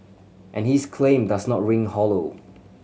and his claim does not ring hollow